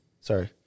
Sorry